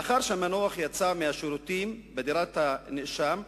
לאחר שהמנוח יצא מהשירותים בדירת הנאשם,